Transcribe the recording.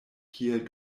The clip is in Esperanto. kiel